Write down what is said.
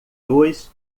dois